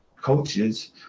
coaches